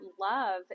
love